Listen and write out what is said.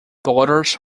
daughters